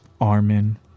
Armin